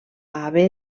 haver